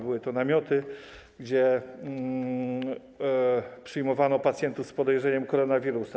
Były to namioty, gdzie przyjmowano pacjentów z podejrzeniem koronawirusa.